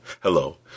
Hello